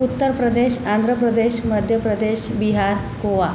Uttar Pradesh Andhra Pradesh Madhya Pradesh Bihar Goa